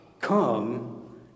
come